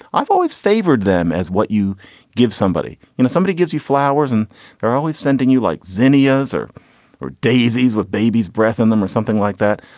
i've always favored them as what you give somebody. you know, somebody gives you flowers and they're always sending you like zinnias or or daisies with baby's breath in them or something like that.